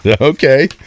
Okay